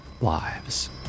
lives